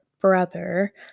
brother